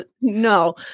No